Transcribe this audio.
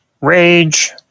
rage